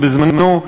שבזמנו,